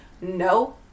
no